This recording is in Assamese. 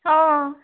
অঁ